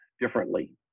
differently